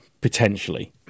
potentially